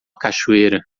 cachoeira